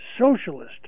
socialist